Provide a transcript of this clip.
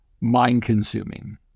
mind-consuming